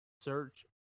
search